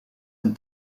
een